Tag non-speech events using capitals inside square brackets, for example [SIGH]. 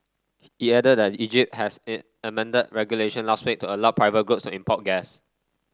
it added that Egypt has [UNINTELLIGIBLE] amended regulation last week to allow private groups to import gas